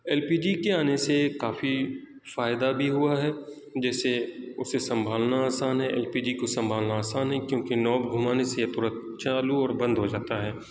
L P G کے آنے سے کافی فائدہ بھی ہوا ہے جیسے اسے سنبھالنا آسان ہے ایل پی جی کو سنبھالنا آسان ہے کیونکہ نوب گھمانے سے یہ ترنت چالو اور بند ہو جاتا ہے